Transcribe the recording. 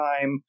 time